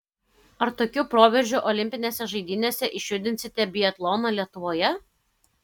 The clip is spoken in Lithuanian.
ar tokiu proveržiu olimpinėse žaidynėse išjudinsite biatloną lietuvoje